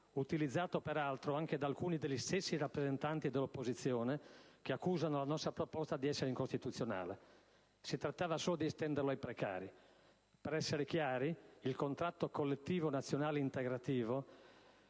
utilizzato peraltro anche da alcuni degli stessi rappresentanti dell'opposizione che accusano la nostra proposta di essere incostituzionale. Si trattava solo di estenderlo ai precari. Per essere chiari, il contratto collettivo nazionale integrativo